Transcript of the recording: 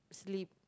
sleep